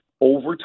over